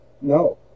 No